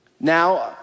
Now